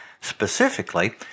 Specifically